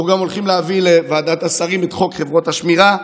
אנחנו גם הולכים להביא לוועדת השרים את חוק חברות השמירה,